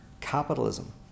capitalism